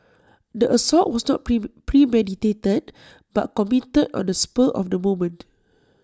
the assault was not prim premeditated but committed on A spur of the moment